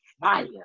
fire